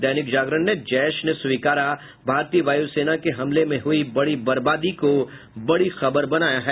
दैनिक जागरण ने जैश ने स्वीकारा भारतीय वायुसेना के हमले में हुयी बड़ी बर्बादी को बड़ी खबर बनाया है